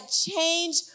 change